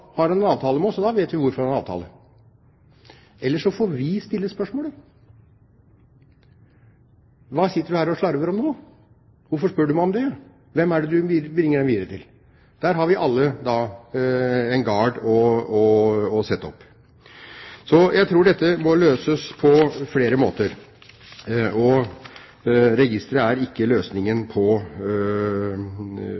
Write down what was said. har han en avtale med oss, og da vet vi hvorfor han har avtale. Eller så får vi stille spørsmålet: Hva sitter du her og slarver om nå? Hvorfor spør du meg om det? Hvem er det du bringer dette videre til? Der har vi alle da en gard å sette opp. Jeg tror dette må løses på flere måter, og registre er ikke løsningen